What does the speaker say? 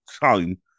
time